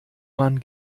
man